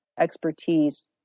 expertise